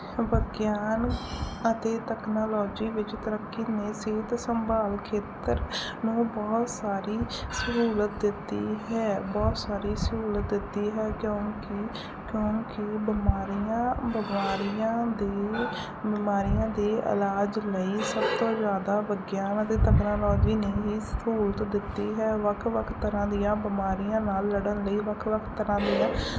ਵਿਗਿਆਨ ਅਤੇ ਤਕਨਾਲੋਜੀ ਵਿੱਚ ਤਰੱਕੀ ਨੇ ਸਿਹਤ ਸੰਭਾਲ ਖੇਤਰ ਨੂੰ ਬਹੁਤ ਸਾਰੀ ਸਹੂਲਤ ਦਿੱਤੀ ਹੈ ਬਹੁਤ ਸਾਰੀ ਸਹੂਲਤ ਦਿੱਤੀ ਹੈ ਕਿਉਂਕਿ ਕਿਉਂਕਿ ਬਿਮਾਰੀਆਂ ਬਿਮਾਰੀਆਂ ਦੀ ਬਿਮਾਰੀਆਂ ਦੇ ਇਲਾਜ ਲਈ ਸਭ ਤੋਂ ਜਿਆਦਾ ਵਿਗਿਆਨ ਅਤੇ ਤਕਨਾਲੋਜੀ ਨੇ ਹੀ ਸਹੂਲਤ ਦਿੱਤੀ ਹੈ ਵੱਖ ਵੱਖ ਤਰ੍ਹਾਂ ਦੀਆਂ ਬਿਮਾਰੀਆਂ ਨਾਲ ਲੜਨ ਲਈ ਵੱਖ ਵੱਖ ਤਰ੍ਹਾਂ ਦੀਆਂ